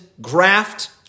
graft